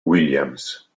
williams